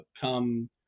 come